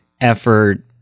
effort